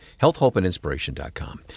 healthhopeandinspiration.com